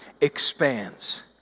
expands